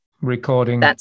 recording